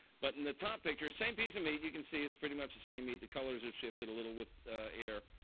but in the top picture, same piece of meat. you can see it's pretty much the same meat. the colors are shifted a little with air.